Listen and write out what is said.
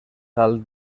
alt